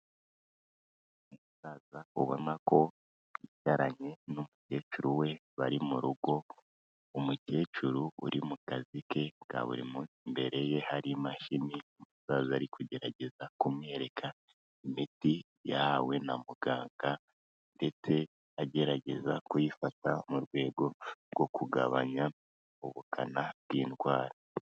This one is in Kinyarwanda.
Umusaza ubona ko yicaranye n'umukecuru we bari mu rugo. Umukecuru uri mu kazi ke ka buri munsi, imbere ye hari imashini umusaza ari kugerageza kumwereka imiti yahawe na muganga ndetse agerageza kuyifata mu rwego rwo kugabanya ubukana bw'indwara.